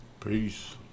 Peace